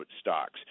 stocks